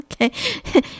Okay